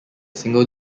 single